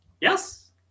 Yes